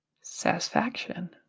satisfaction